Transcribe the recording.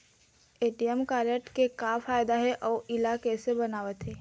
ATM card के का फायदा हे अऊ इला कैसे बनवाथे?